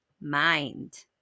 mind